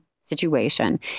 situation